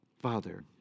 Father